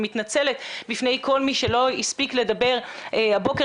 ואני מתנצלת בפני כל מי שלא הספיק לדבר הבוקר,